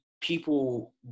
people